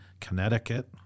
Connecticut